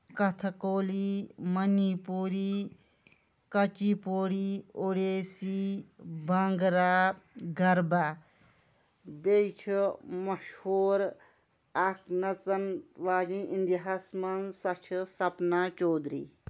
Kathak Koli Manipuri Kuchipudi Odissi Bhangra Garba بیٚیہِ چھِ مشہوٗر اکھ نَژن واجین اِنٛڈیاہَس منٛز سۄ چھِ سَپنا چودری